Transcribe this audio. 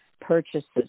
purchases